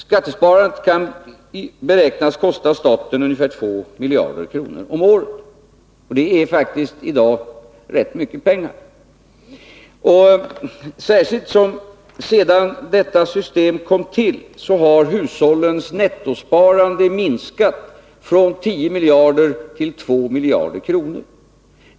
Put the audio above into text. Skattesparandet kan beräknas kosta staten ungefär 2 miljarder kronor om året, och det är faktiskt i dag rätt mycket pengar. Sedan detta system infördes har vidare hushållens nettosparande minskat från 10 miljarder till 2 miljarder kronor.